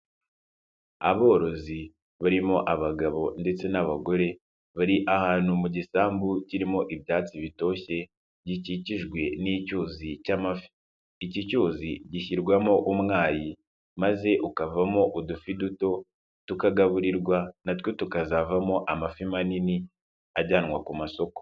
Aborozi barimo abagabo ndetse n'abagore bari ahantu mu gisambu kirimo ibyatsi bitoshye, gikikijwe n'icyuzi cy'amafi. Iki cyuzi gishyirwamo umwayi maze ukavamo udufi duto tukagaburirwa natwe tukazavamo amafi manini ajyanwa ku masoko.